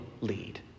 lead